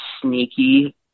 sneaky